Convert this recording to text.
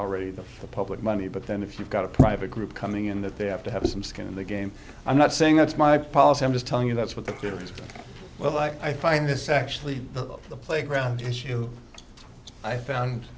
already the public money but then if you've got a private group coming in that they have to have some skin in the game i'm not saying that's my policy i'm just telling you that's what the players well i find this actually the playground issue i found